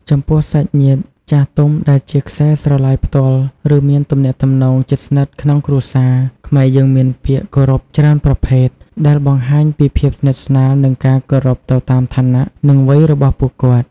ចំពោះញាតិចាស់ទុំដែលជាខ្សែស្រឡាយផ្ទាល់ ឬមានទំនាក់ទំនងជិតស្និទ្ធក្នុងគ្រួសារ ខ្មែរយើងមានពាក្យគោរពច្រើនប្រភេទ ដែលបង្ហាញពីភាពស្និទ្ធស្នាល និងការគោរពទៅតាមឋានៈ និងវ័យរបស់ពួកគាត់។